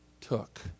took